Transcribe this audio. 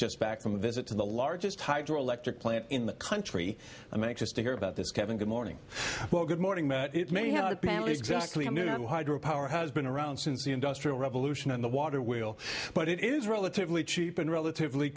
just back from a visit to the largest hydroelectric plant in the country i make just to hear about this kevin good morning well good morning they may have a panel exactly new hydro power has been around since the industrial revolution and the water will but it is relatively cheap and relatively